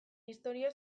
historia